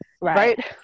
right